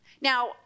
Now